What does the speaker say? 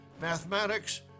mathematics